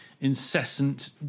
incessant